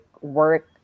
work